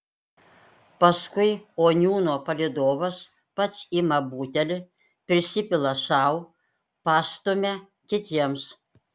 paskui oniūno palydovas pats ima butelį prisipila sau pastumia kitiems